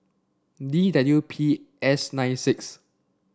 D W P S nine six